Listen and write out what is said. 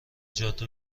جاده